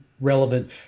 relevant –